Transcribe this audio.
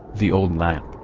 the old lampe,